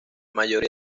mayoría